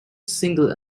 single